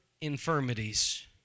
infirmities